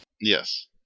Yes